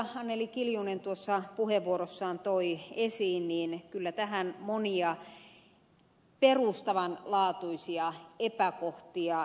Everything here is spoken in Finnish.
anneli kiljunen tuossa puheenvuorossaan toi esiin niin kyllä tähän monia perustavanlaatuisia epäkohtia jää